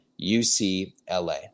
UCLA